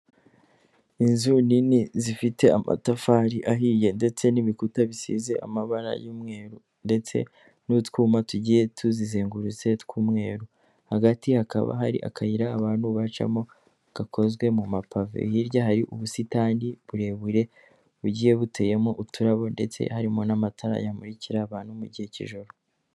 Inzu nini zifite amatafari ahiye ndetse n'ibikuta bisize amabara y'umweru ndetse n'utwuma tugiye tuzizengurutse tw'umweru, hagati hakaba hari akayira abantu bacamo gakozwe mu mapave, hirya hari ubusitani burebure bugiye buteyemo uturabo ndetse harimo n'amatara yamurikira abantu mu gihe cy'ijoro.